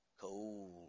cold